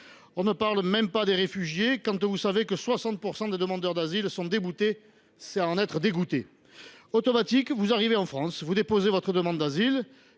On ne parle même pas des réfugiés. Quand on sait que 60 % des demandeurs d’asile sont déboutés, c’est à en être dégoûté. Ce serait automatique : vous arrivez en France, déposez votre demande d’asile